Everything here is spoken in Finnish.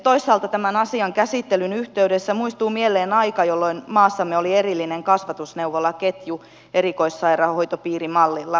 toisaalta tämän asian käsittelyn yhteydessä muistuu mieleen aika jolloin maassamme oli erillinen kasvatusneuvolaketju erikoissairaanhoitopiirimallilla toteutettuna